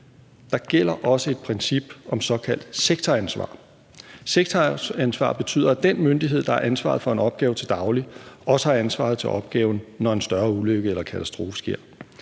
Der gælder også et princip om såkaldt sektoransvar. Sektoransvar betyder, at den myndighed, der har ansvaret for en opgave til daglig, også har ansvaret for opgaven, når en større ulykke eller katastrofe sker.